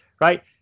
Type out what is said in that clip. Right